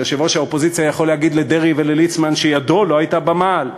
אבל יושב-ראש האופוזיציה יכול להגיד לדרעי ולליצמן שידו לא הייתה במעל,